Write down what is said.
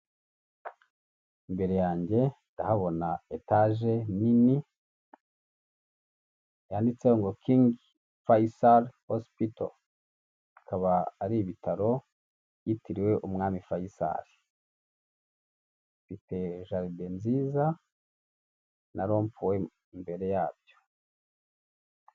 Imbere yanjye ndahabona etaje nini yanditse ngo kingi Fayisari hosipito, bikaba ari ibitaro yitiriwe umwami Fayisari bifite jaride nziza na rompuwe imbere yabyo.